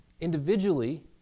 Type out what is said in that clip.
Individually